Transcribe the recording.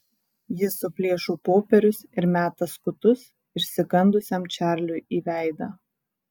ji suplėšo popierius ir meta skutus išsigandusiam čarliui į veidą